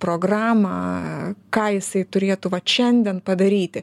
programą ką jisai turėtų vat šiandien padaryti